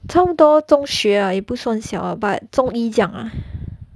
差不多中学 lah 也不算小 but 中一这样 lah